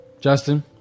Justin